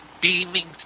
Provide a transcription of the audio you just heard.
beaming